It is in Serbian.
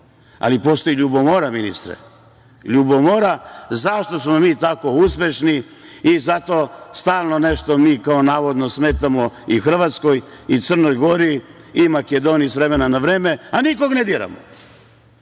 Ali, ministre, postoji ljubomora, zašto smo mi tako uspešni i stalno nešto mi, kao, navodno, smetamo i Hrvatskoj i Crnoj Gori i Makedoniji s vremena na vreme, a nikog ne diramo.